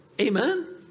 Amen